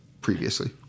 previously